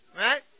Right